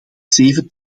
zeven